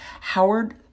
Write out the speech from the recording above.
howard